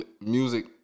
music